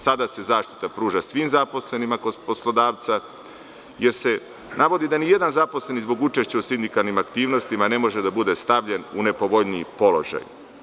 Sada se zaštita pruža svim zaposlenima kod poslodavca jer se navodi da nijedan zaposleni zbog učešća u sindikalnim aktivnostima ne može da bude stavljen u nepovoljniji položaj.